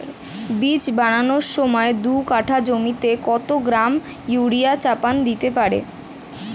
বীজ বোনার সময় দু কাঠা জমিতে কত গ্রাম ইউরিয়া চাপান দিতে পারি?